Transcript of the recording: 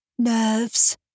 Nerves